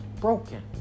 broken